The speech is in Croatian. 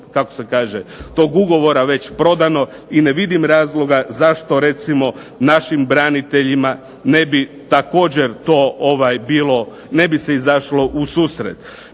kako se kaže tog ugovora već prodano i ne vidim razloga zašto recimo našim braniteljima ne bi također to bilo, ne bi se izašlo u susret.